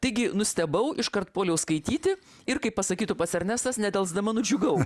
taigi nustebau iškart puoliau skaityti ir kaip pasakytų pats ernestas nedelsdama nudžiugau